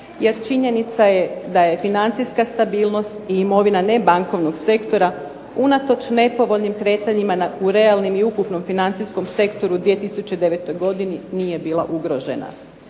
jer činjenica je da je financijska stabilnost i imovina ne bankovnog sektora unatoč nepovoljnim kretanjima u realnim i ukupnom financijskom sektoru 2009. godini nije bila ugrožena.